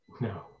No